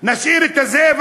נשאיר את הזאב,